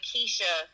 Keisha